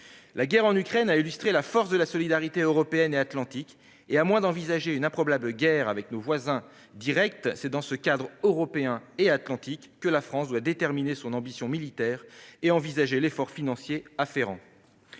La guerre en Ukraine a illustré la force de la solidarité européenne et atlantique et, à moins d'envisager une improbable guerre avec nos voisins directs, c'est dans ce cadre européen et atlantique que la France doit déterminer son ambition militaire et envisager l'effort financier afférent.